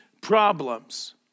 problems